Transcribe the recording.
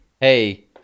hey